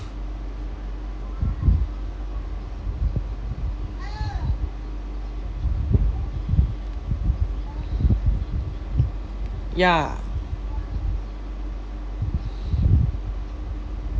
ya